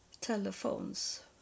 Telephones